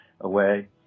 away